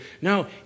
No